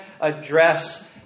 address